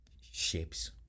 shapes